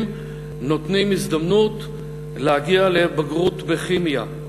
נותנים הזדמנות להגיע לבגרות בכימיה,